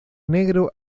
negro